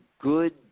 good